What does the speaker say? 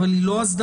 אבל היא לא אסדרה.